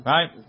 Right